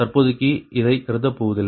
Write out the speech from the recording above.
தற்போதைக்கு இதை கருதப்போவதில்லை